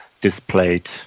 displayed